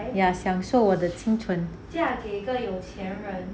ya 享受我的青春